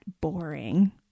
boring